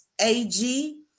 AG